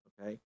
okay